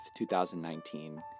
2019